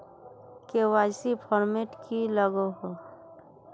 KYC format की लागोहो?